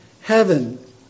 heaven